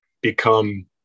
become